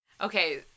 okay